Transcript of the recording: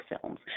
films